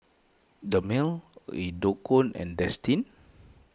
Dermale and destine